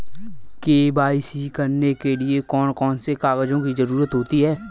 KYC करने के लिए कौन कौन से कागजों की जरूरत होती है?